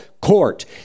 court